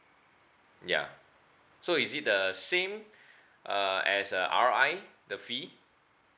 ya so is it the same uh as uh R_I the fee